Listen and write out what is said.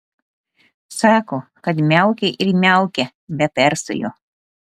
sako kad miaukia ir miaukia be perstojo